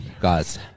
guys